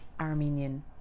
Armenian